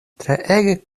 treege